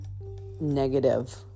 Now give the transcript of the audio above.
negative